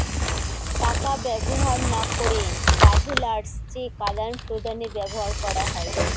টাকা ব্যবহার না করে ট্রাভেলার্স চেক আদান প্রদানে ব্যবহার করা হয়